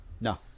No